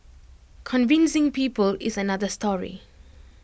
convincing people is another story